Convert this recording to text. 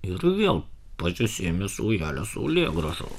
ir vėl pasisėmė saujelę saulėgrąžų